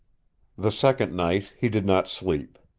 the second night he did not sleep.